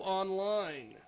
online